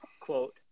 quote